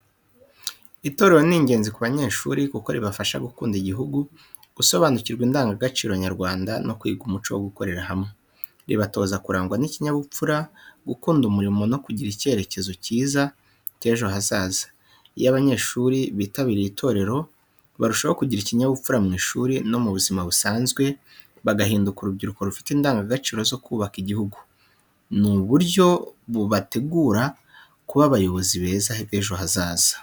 Itorero ni ingenzi ku banyeshuri kuko ribafasha gukunda igihugu, gusobanukirwa indangagaciro nyarwanda no kwiga umuco wo gukorera hamwe. Ribatoza kurangwa n’ubupfura, gukunda umurimo no kugira icyerekezo cyiza cy’ejo hazaza. Iyo abanyeshuri bitabiriye itorero, barushaho kugira ikinyabupfura mu ishuri no mu buzima busanzwe, bagahinduka urubyiruko rufite indangagaciro zo kubaka igihugu. Ni uburyo bubategura kuba abayobozi beza b’ejo hazaza.